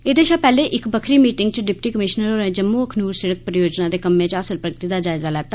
एहदे शा पैहले इक बक्खरी मीटिंग च डिप्टी कमिशनर होरें जम्मू अखनूर सिड़क परियोजना दे कम्मै च हासल प्रगति दा जायजा लैता